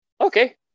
okay